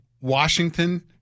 Washington